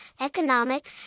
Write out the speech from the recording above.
economic